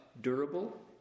durable